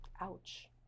Ouch